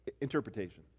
Interpretation